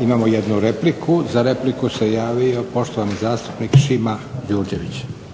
Imamo jednu repliku. Za repliku se javio poštovani zastupnik Šima Đurđević.